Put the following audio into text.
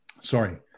sorry